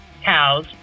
cows